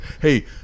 Hey